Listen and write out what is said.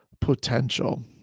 potential